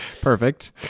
Perfect